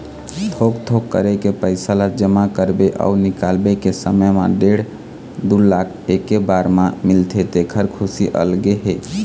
थोक थोक करके पइसा ल जमा करबे अउ निकाले के समे म डेढ़ दू लाख एके बार म मिलथे तेखर खुसी अलगे हे